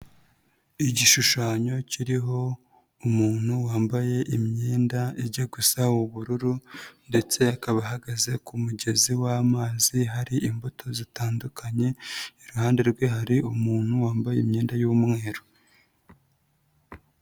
Igishushanyo kiriho umuntu wambaye imyenda ijya gusa ubururu ndetse akaba ahagaze ku mugezi w'amazi hari imbuto zitandukanye, iruhande rwe hari umuntu wambaye imyenda y'umweru.